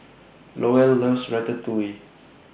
Lowell loves Ratatouille